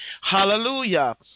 hallelujah